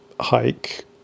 hike